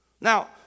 Now